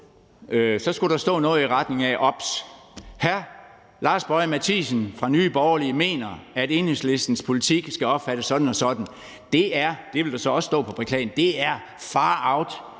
skulle der stå noget i retning af: Obs., hr. Lars Boje Mathiesen fra Nye Borgerlige mener, at Enhedslistens politik skal opfattes sådan og sådan. Det ville der